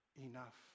enough